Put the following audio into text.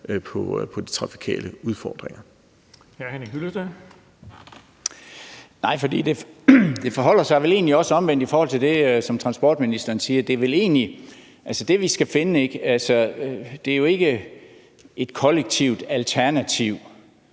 Hyllested (EL): Nej, for det forholder sig vel egentlig også omvendt i forhold til det, som transportministeren siger. Altså det, vi skal finde, er jo ikke et kollektivt alternativ